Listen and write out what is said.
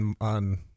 on